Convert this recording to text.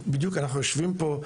וגם יוצגו בוועדה,